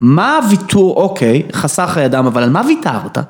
מה הוויתור אוקיי, חסך חיי אדם, אבל על מה ויתרת?